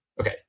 Okay